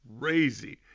crazy